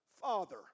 father